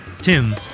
Tim